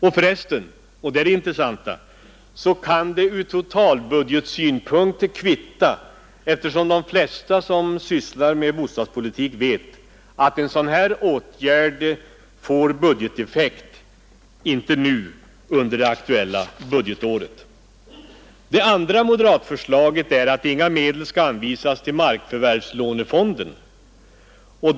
Och för resten — och det är det intressanta — kan det ur totalbudgetsynpunkt kvitta, eftersom, vilket de flesta som sysslar med bostadspolitik vet, en sådan här åtgärd inte får budgeteffekt under det aktuella budgetåret. Det andra moderatförslaget är att inga medel skall anvisas till markförvärvslånefonden.